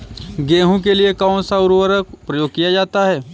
गेहूँ के लिए कौनसा उर्वरक प्रयोग किया जाता है?